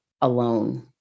alone